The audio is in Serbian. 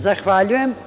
Zahvaljujem.